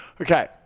Okay